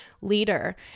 leader